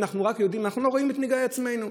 ואנחנו לא רואים את נגעי עצמנו,